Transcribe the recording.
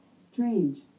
strange